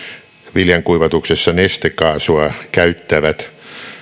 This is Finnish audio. viljankuivatuksessa nestekaasua käyttävät